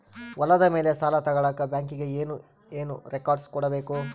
ಹೊಲದ ಮೇಲೆ ಸಾಲ ತಗಳಕ ಬ್ಯಾಂಕಿಗೆ ಏನು ಏನು ರೆಕಾರ್ಡ್ಸ್ ಕೊಡಬೇಕು?